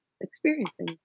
experiencing